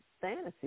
fantasy